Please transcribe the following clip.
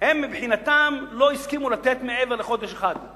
הם מבחינתם לא הסכימו לתת מעבר לחודש אחד,